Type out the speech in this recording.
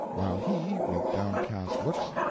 while he, with downcast looks,